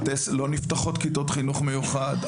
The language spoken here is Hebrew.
לא נפתחות כיתות חינוך מיוחד.